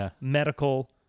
medical